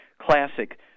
classic